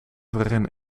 waarin